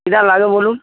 কী ধান লাগবে বলুন